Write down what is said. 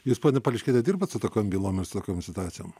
jūs ponia pališkiene dirbat su tokiom bylom ir su tokiom situacijom